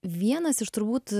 vienas iš turbūt